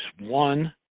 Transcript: One